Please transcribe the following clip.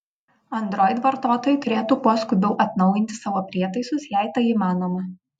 android vartotojai turėtų kuo skubiau atnaujinti savo prietaisus jei tai įmanoma